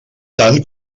tant